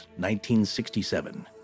1967